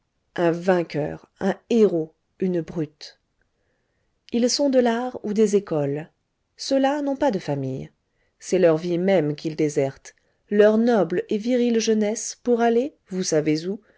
un vainqueur un héros une brute ils sont de l'art ou des écoles ceux-là n'ont pas de famille c'est leur vie même qu'ils désertent leur noble et virile jeunesse pour aller vous savez où